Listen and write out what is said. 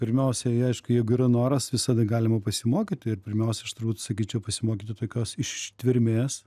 pirmiausiai aišku jeigu yra noras visada galima pasimokyti ir pirmiausia aš turbūt sakyčiau pasimokyti tokios ištvermės